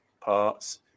parts